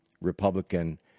Republican